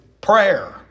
prayer